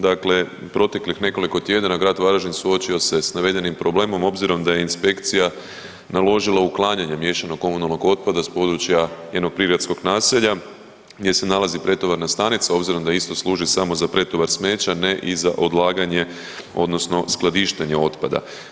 Dakle, proteklih nekoliko tjedana, grad Varaždin suočio se s navedenim problemom, obzirom da je inspekcija naložila uklanjanje miješanog komunalnog otpada s područja jednog prigradskog naselja gdje se nalazi pretovarna stanica, obzirom da isto služi samo za pretovar smeća, ne i za odlaganje odnosno skladištenje otpada.